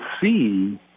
see